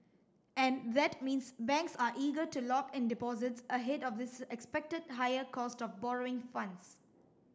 and that means banks are eager to lock in deposits ahead of this expected higher cost of borrowing funds